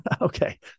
okay